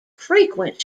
frequent